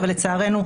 אבל לצערנו,